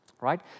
right